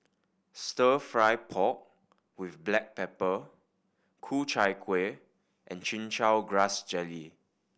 Stir Fry pork with black pepper Ku Chai Kuih and Chin Chow Grass Jelly